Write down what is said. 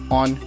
on